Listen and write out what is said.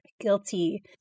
guilty